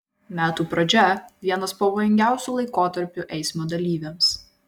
metų pradžia vienas pavojingiausių laikotarpių eismo dalyviams